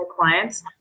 clients